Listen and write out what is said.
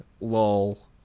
Lol